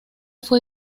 fue